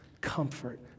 comfort